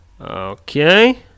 Okay